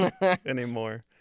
anymore